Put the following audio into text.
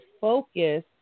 focus